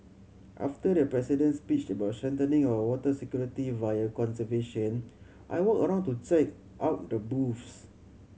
after the President's speech about strengthening our water security via conservation I walked around to check out the booth